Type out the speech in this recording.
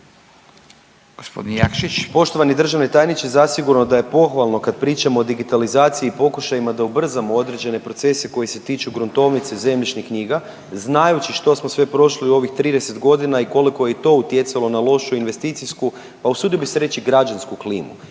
Mišel (SDP)** Poštovani državni tajniče, zasigurno da je pohvalno kad pričamo o digitalizaciji i pokušajima da ubrzamo određene procese koji se tiču gruntovnice i zemljišnih knjiga znajući što smo sve prošli u ovih 30.g. i koliko je to utjecalo na lošu investicijsku, a usudio bi se reći i građansku klimu